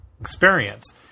experience